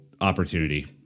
opportunity